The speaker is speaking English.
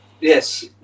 Yes